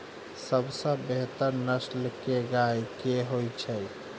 सबसँ बेहतर नस्ल केँ गाय केँ होइ छै?